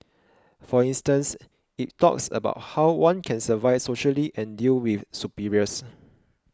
for instance it talks about how one can survive socially and deal with superiors